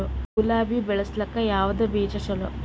ಗುಲಾಬಿ ಬೆಳಸಕ್ಕ ಯಾವದ ಬೀಜಾ ಚಲೋ?